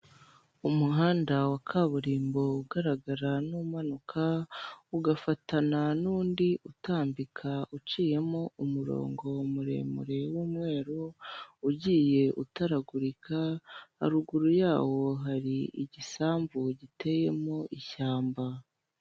Umuhanda wa kaburimbo ugaragara n'umanuka, ugafatana n'undi utambika uciyemo umurongo muremure w'umweru ugiye utaragurika, haruguru yawo hari igisambu giteyemo ishyamba.